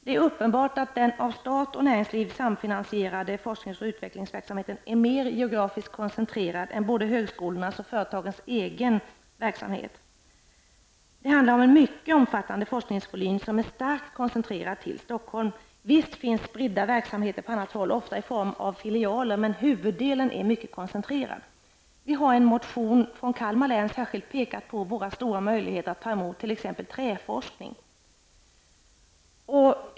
Det är uppenbart att den av stat och näringsliv samfinansierade FoO-verksamheten är mer geografiskt koncentrerad än både högskolornas och företagens egen verksamhet. Det handlar om en mycket omfattande forskningsvolym, som är starkt koncentrerad till Stockholm. Visst finns spridda verksamheter på annat håll, ofta i form av filialer, men huvuddelen är mycket koncentrerad. Vi har i en motion från Kalmar län särskilt pekat på våra stora möjligheter att ta emot t.ex. träforskning.